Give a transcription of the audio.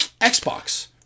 xbox